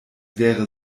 wäre